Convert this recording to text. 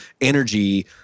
Energy